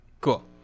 cool